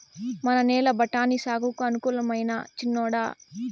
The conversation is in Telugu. మన నేల బఠాని సాగుకు అనుకూలమైనా చిన్నోడా